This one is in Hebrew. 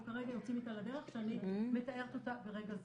כרגע יוצאים איתה לדרך שאני מתארת אותה ברגע זה.